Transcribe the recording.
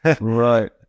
Right